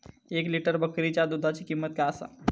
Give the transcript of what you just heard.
एक लिटर बकरीच्या दुधाची किंमत काय आसा?